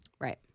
Right